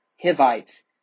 Hivites